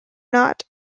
not